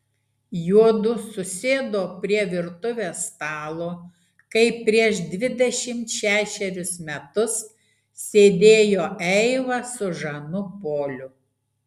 juodu susėdo prie virtuvės stalo kaip prieš dvidešimt šešerius metus sėdėjo eiva su žanu poliu